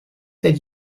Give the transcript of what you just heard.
then